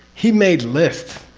he made lists.